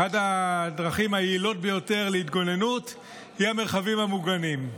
אחת הדרכים היעילות ביותר להתגוננות היא המרחבים המוגנים.